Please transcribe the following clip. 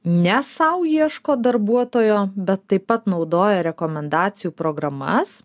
ne sau ieško darbuotojo bet taip pat naudoja rekomendacijų programas